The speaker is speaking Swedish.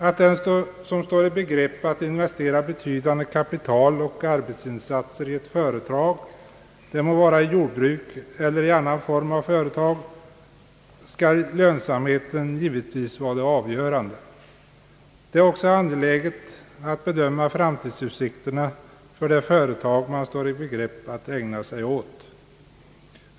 För den som står i begrepp att investera betydande kapital och arbetsinsatser i ett företag — det må vara jordbruk eller annan form av företag — skall lönsamheten givetvis vara det avgörande. Det är också angeläget att bedöma framtidsutsikterna för det företag man står i begrepp att ägna sig åt.